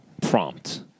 prompt